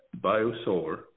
Biosolar